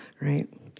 right